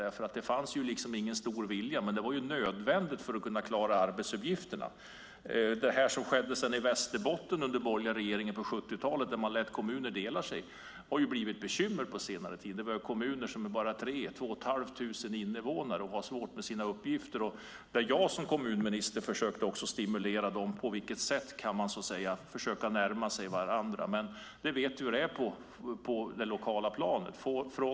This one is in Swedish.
Det fanns ingen stor vilja, men det var nödvändigt för att klara arbetsuppgifterna. Det som skedde i Västerbotten under den borgerliga regeringen på 70-talet där kommuner fick dela på sig har gett bekymmer på senare tid. Det finns kommuner med endast 3 000 eller 2 500 invånare. De har svårt att fullgöra sina uppgifter. När jag var kommunminister försökte jag stimulera dem att komma fram till hur de skulle kunna närma sig varandra. Vi vet hur det är på det lokala planet.